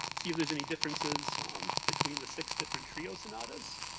see if there's any differences between the six different trio sonatas.